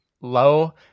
low